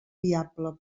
viable